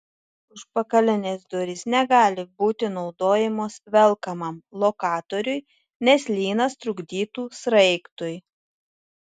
užpakalinės durys negali būti naudojamos velkamam lokatoriui nes lynas trukdytų sraigtui